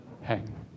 hang